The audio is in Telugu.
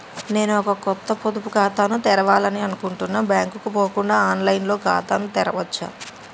నేను ఒక కొత్త పొదుపు ఖాతాను తెరవాలని అనుకుంటున్నా బ్యాంక్ కు పోకుండా ఆన్ లైన్ లో ఖాతాను తెరవవచ్చా?